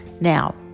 Now